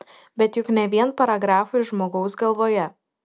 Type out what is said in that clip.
bet juk ne vien paragrafai žmogaus galvoje